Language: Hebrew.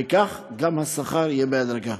וכך גם השכר יהיה בהדרגה.